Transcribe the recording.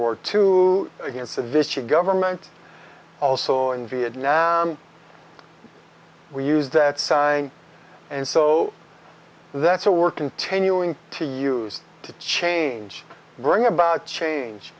war two against a vis your government also in vietnam we use that sign and so that's a were continuing to use to change bring about change